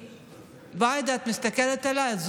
עאידה, את מסתכלת עליי.